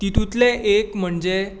तितूतलें एक म्हणजे